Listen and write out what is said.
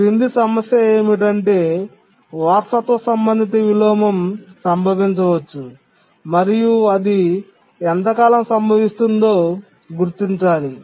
క్రింది సమస్య ఏమిటంటే వారసత్వ సంబంధిత విలోమం సంభవించవచ్చు మరియు అది ఎంతకాలం సంభవిస్తుందో గుర్తించాలి